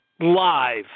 live